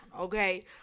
okay